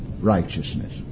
righteousness